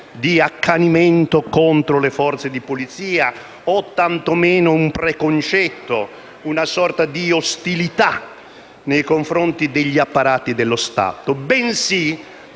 di accanimento contro le forze di polizia o tantomeno un preconcetto, una sorta di ostilità nei confronti degli apparati dello Stato, bensì